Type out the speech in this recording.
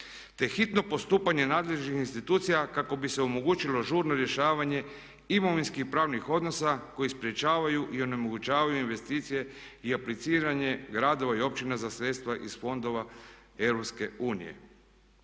te hitno postupanje nadležnih institucija kako bi se omogućilo žurno rješavanje imovinskih pravnih odnosa koji sprječavaju i onemogućavaju investicije i apliciranje gradova i općina za sredstva za fondova EU.